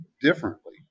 differently